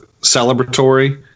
celebratory